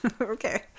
Okay